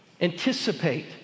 Anticipate